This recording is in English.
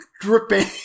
dripping